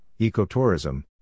ecotourism